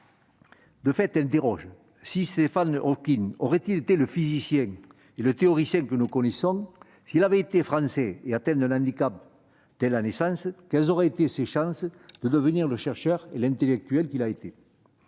des interrogations. Stephen Hawking aurait-il été le physicien et le théoricien que nous connaissons s'il avait été français et atteint d'un handicap dès la naissance ? Quelles auraient été ses chances de devenir le chercheur et l'intellectuel qu'il a été ?